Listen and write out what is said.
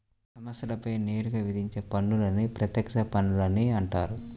సంస్థలపై నేరుగా విధించే పన్నులని ప్రత్యక్ష పన్నులని అంటారు